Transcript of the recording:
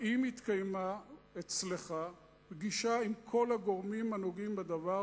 האם התקיימה אצלך פגישה עם כל הגורמים הנוגעים בדבר,